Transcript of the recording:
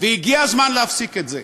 והגיע הזמן להפסיק את זה.